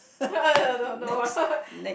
uh uh no no